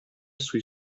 sui